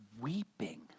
weeping